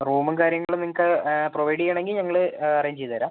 റൂമും കാര്യങ്ങളും നിങ്ങൾക്ക് പ്രൊവൈഡ് ചെയ്യണമെങ്കിൽ ഞങ്ങൾ അറേഞ്ച് ചെയ്ത് തരാം